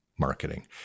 marketing